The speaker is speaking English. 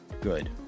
good